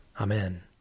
Amen